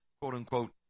quote-unquote